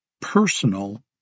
personal